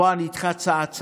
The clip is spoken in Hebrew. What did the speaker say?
בוא, אני איתך צעד-צעד.